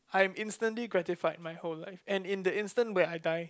I'm instantly gratified my whole life and in the instant where I die